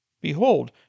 Behold